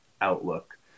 outlook